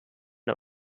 der